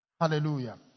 Hallelujah